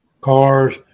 cars